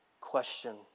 question